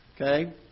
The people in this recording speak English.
Okay